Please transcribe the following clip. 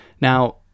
Now